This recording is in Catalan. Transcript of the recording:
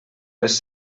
les